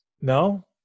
No